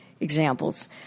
examples